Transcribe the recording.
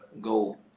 go